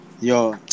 yo